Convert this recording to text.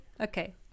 Okay